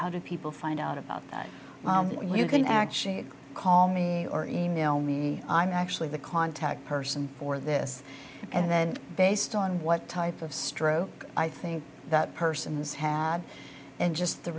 do people find out about that that you can actually call me or email me i'm actually the contact person for this and then based on what type of stroke i think that person has had and just the